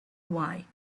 why